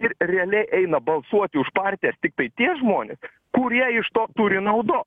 ir realiai eina balsuoti už partijas tiktai tie žmonės kurie iš to turi naudos